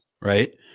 right